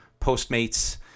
Postmates